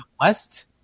west